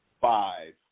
five